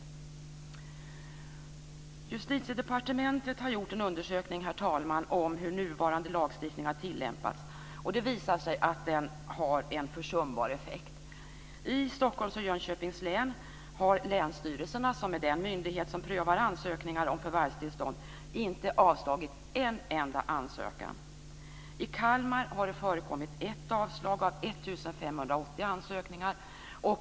Herr talman! Justitiedepartementet har gjort en undersökning av hur nuvarande lagstiftning har tilllämpats. Det visar sig att den har en försumbar effekt. I Stockholms och Jönköpings län har länsstyrelserna, som är den myndighet som prövar ansökningar om förvärvstillstånd, inte avslagit en enda ansökan. I Kalmar har det förekommit ett avslag av 1 580 ansökningar.